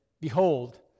behold